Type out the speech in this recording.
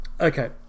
Okay